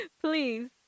Please